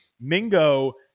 Mingo